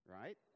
Right